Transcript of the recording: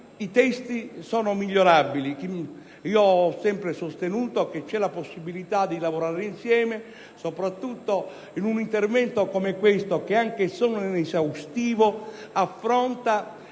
i testi sono migliorabili: ho sempre sostenuto che c'è la possibilità di lavorare insieme, soprattutto in un intervento come questo, che, anche se non è esaustivo, affronta